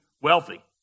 wealthy